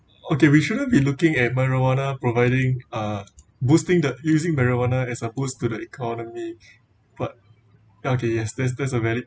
okay we shouldn't be looking at marijuana providing uh boosting the using marijuana as opposed to the economy but okay yes that's that's a valid